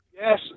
Yes